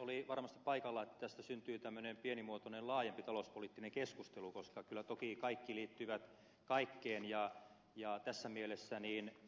oli varmasti paikallaan että tästä syntyi tämmöinen pienimuotoinen laajempi talouspoliittinen keskustelu koska kyllä toki kaikki liittyy kaikkeen ja tässä mielessä